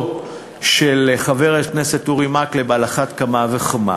של חבר הכנסת אורי מקלב על אחת כמה וכמה,